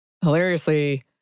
hilariously